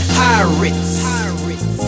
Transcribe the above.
pirates